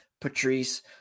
Patrice